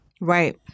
Right